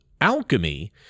alchemy